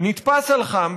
נתפס על חם,